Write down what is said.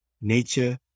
nature